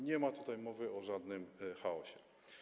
Nie ma tutaj mowy o żadnym chaosie.